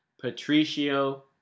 Patricio